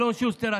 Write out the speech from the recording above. אלון שוסטר,